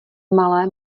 malé